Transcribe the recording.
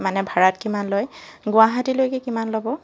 মানে ভাড়াত কিমান লয় গুৱাহাটীলৈকে কিমান ল'ব